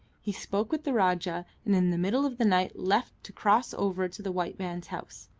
he spoke with the rajah, and in the middle of the night left to cross over to the white man's house.